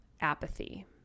apathy